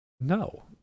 No